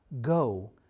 go